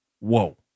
whoa